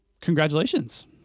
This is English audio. congratulations